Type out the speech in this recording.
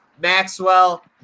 Maxwell